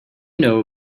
know